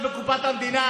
חומת המגן.